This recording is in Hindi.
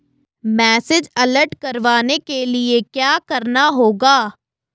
मैसेज अलर्ट करवाने के लिए क्या करना होगा?